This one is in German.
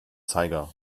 zeiger